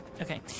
Okay